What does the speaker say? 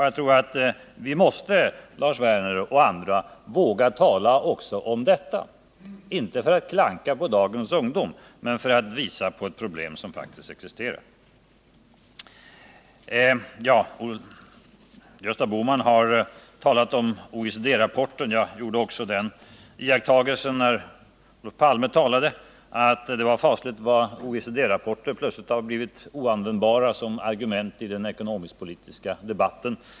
Jag tror att vi, Lars Werner och andra, måste våga tala också om detta. Gösta Bohman har redan talat om OECD-rapporten. Jag gjorde också den iakttagelsen när Olof Palme talade att det var fasligt vad OECD-rapporter plötsligt har blivit oanvändbara som argument i den ekonomisk-politiska debatten.